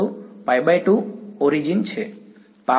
તે θ π2 ઓરીજિન છે પાવર શું છે